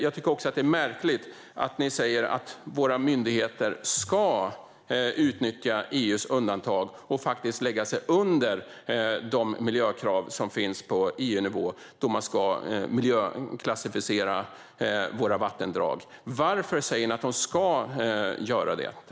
Jag tycker också att det är märkligt att ni säger att våra myndigheter ska utnyttja EU:s undantag och faktiskt lägga sig under de miljökrav som finns på EU-nivå när våra vattendrag ska miljöklassificeras. Varför säger ni att de ska göra det?